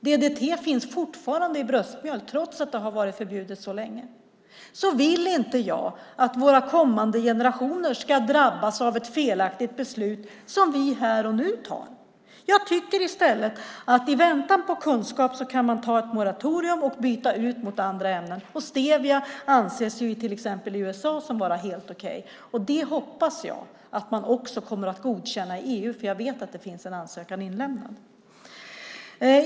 DDT finns fortfarande i bröstmjölk trots att det har varit förbjudet så länge. Jag vill inte att våra kommande generationer ska drabbas av ett felaktigt beslut som vi här och nu fattar. I väntan på kunskap kan man anta ett moratorium och byta ut mot andra ämnen. I till exempel USA anses stevia vara helt okej. Jag hoppas att man också kommer att godkänna det i EU. Jag vet att det finns en ansökan inlämnad.